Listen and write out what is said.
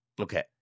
Okay